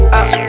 up